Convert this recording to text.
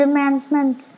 Amendment